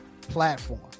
platform